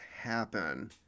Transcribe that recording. happen